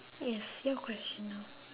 yes your question now